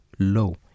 low